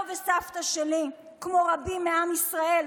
מתנהגים בממלכתיות.